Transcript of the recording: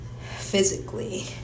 physically